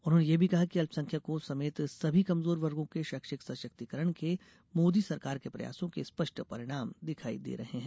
उन्होंने यह भी कहा कि अल्पसंख्यकों समेत सभी कमजोर वर्गों के शैक्षिक सशक्तिकरण के मोदी सरकार के प्रयासों के स्पष्ट परिणाम दिखाई दे रहे हैं